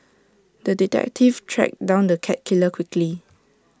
the detective tracked down the cat killer quickly